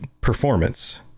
performance